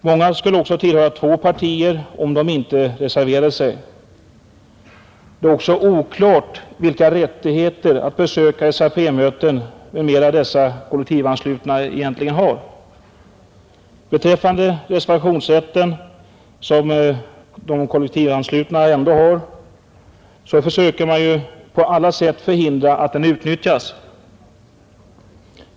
Många skulle också då komma att tillhöra två partier, om de inte reserverade sig. Det är också oklart vilka rättigheter dessa kollektivanslutna egentligen har när det gäller att besöka SAP-möten m.m. Beträffande den reservationsrätt som de kollektivanslutna ändå har försöker man på alla sätt förhindra att den utnyttjas.